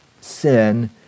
sin